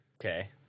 okay